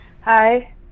Hi